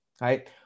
right